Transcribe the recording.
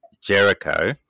Jericho